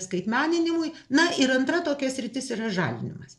skaitmeninimui na ir antra tokia sritis yra žalinimas